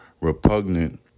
repugnant